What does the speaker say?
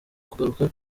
kugaruka